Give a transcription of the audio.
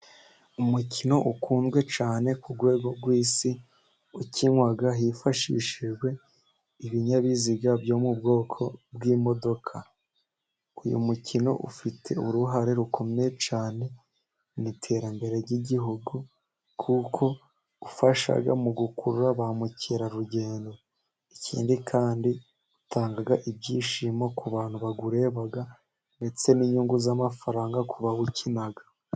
Umukino ukunzwe cyane ku rwego rw'isi, ukinwa hifashishijwe ibinyabiziga byo mu bwoko bw'imodoka. Uyu mukino ufite uruhare rukomeye cyane mu iterambere ry'igihugu, kuko ufasha mu gukurura ba mukerarugendo. Ikindi kandi utanga ibyishimo ku bantu bawureba, ndetse n'inyungu z'amafaranga ku bawukina.